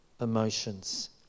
emotions